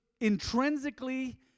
intrinsically